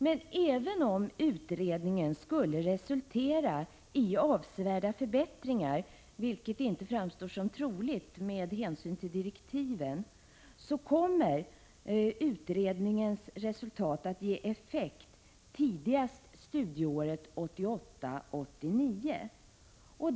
Men även om utredningen skulle resultera i avsevärda förbättringar — vilket inte framstår som troligt med hänsyn till direktiven — kommer utredningens resultat att ge effekt tidigast studieåret 1988/89.